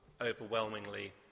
overwhelmingly